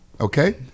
Okay